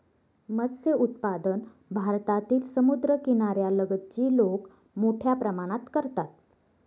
मत्स्य उत्पादन भारतातील समुद्रकिनाऱ्या लगतची लोक मोठ्या प्रमाणात करतात